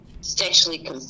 sexually